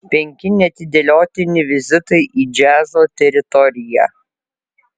penki neatidėliotini vizitai į džiazo teritoriją